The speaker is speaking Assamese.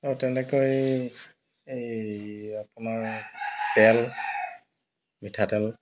আৰু তেনেকৈ এই আপোনাৰ তেল মিঠাতেল